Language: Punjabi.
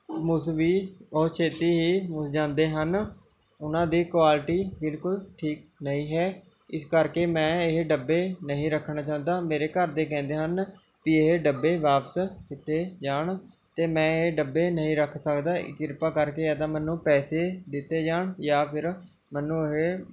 ਮੁਸ ਵੀ ਔਰ ਛੇਤੀ ਹੀ ਜਾਂਦੇ ਹਨ ਉਹਨਾਂ ਦੀ ਕੁਆਲਿਟੀ ਬਿਲਕੁਲ ਠੀਕ ਨਹੀਂ ਹੈ ਇਸ ਕਰਕੇ ਮੈਂ ਇਹ ਡੱਬੇ ਨਹੀਂ ਰੱਖਣਾ ਚਾਹੁੰਦਾ ਮੇਰੇ ਘਰਦੇ ਕਹਿੰਦੇ ਹਨ ਵੀ ਇਹ ਡੱਬੇ ਵਾਪਸ ਕੀਤੇ ਜਾਣ ਅਤੇ ਮੈਂ ਇਹ ਡੱਬੇ ਨਹੀਂ ਰੱਖ ਸਕਦਾ ਕਿਰਪਾ ਕਰਕੇ ਜਾਂ ਤਾਂ ਮੈਨੂੰ ਪੈਸੇ ਦਿੱਤੇ ਜਾਣ ਜਾਂ ਫਿਰ ਮੈਨੂੰ ਇਹ